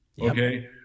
okay